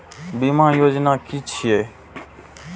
बीमा योजना कि छिऐ?